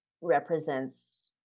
represents